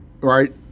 Right